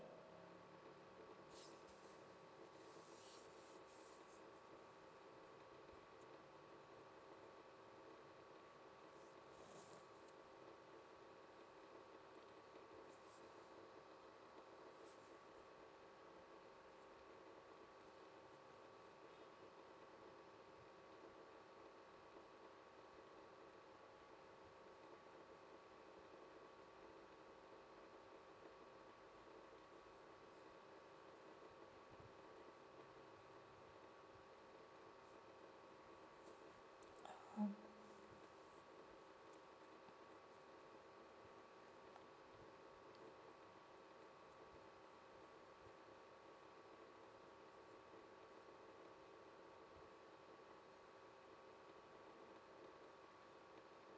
mmhmm